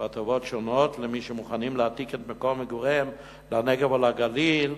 והטבות שונות למי שמוכנים להעתיק את מקום מגוריהם לנגב או לגליל,